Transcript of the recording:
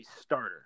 starter